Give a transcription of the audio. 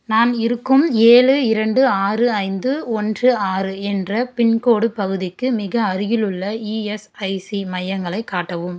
நான் இருக்கும் ஏழு இரண்டு ஆறு ஐந்து ஒன்று ஆறு என்ற பின்கோடு பகுதிக்கு மிக அருகிலுள்ள இஎஸ்ஐசி மையங்களைக் காட்டவும்